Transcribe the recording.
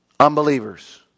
Unbelievers